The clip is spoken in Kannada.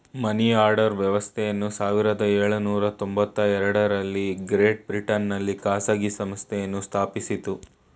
ಮನಿಆರ್ಡರ್ ವ್ಯವಸ್ಥೆಯನ್ನು ಸಾವಿರದ ಎಳುನೂರ ತೊಂಬತ್ತಎರಡು ರಲ್ಲಿ ಗ್ರೇಟ್ ಬ್ರಿಟನ್ ನಲ್ಲಿ ಖಾಸಗಿ ಸಂಸ್ಥೆಯನ್ನು ಸ್ಥಾಪಿಸಿತು